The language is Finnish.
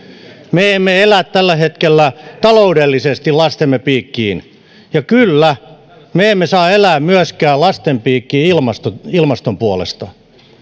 me emme elä tällä hetkellä taloudellisesti lastemme piikkiin ja kyllä me emme saa elää lasten piikkiin myöskään ilmaston puolesta